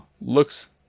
Looks